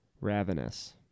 Ravenous